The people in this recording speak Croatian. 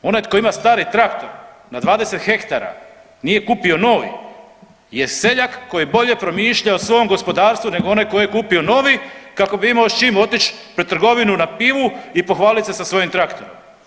Onaj tko ima stari traktor na 20 hektara nije kupio novi je seljak koji bolje promišlja o svom gospodarstvu nego onaj tko je kupio novi kako bi imao s čim otići pred trgovinu na pivu i pohvalit se sa svojim traktorom.